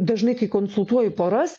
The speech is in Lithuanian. dažnai kai konsultuoju poras